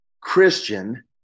Christian